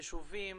יישובים,